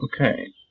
Okay